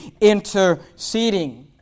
interceding